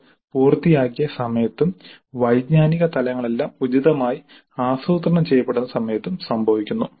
കൾ പൂർത്തിയാക്കിയ സമയത്തും വൈജ്ഞാനിക തലങ്ങളെല്ലാം ഉചിതമായി ആസൂത്രണം ചെയ്യപ്പെടുന്ന സമയത്തും സംഭവിക്കുന്നു